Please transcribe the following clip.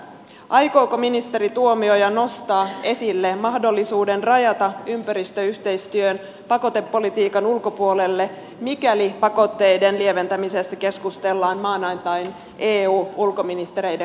aikooko ministeri tuomioja nostaa esille mahdollisuuden rajata ympäristöyhteistyö pakotepolitiikan ulkopuolelle mikäli pakotteiden lieventämisestä keskustellaan maanantain eu ulkoministereiden kokouksessa